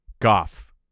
Goff